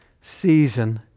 season